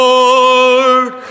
Lord